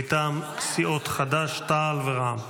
קורעת את המכנסיים בריצה.